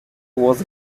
was